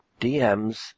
DMs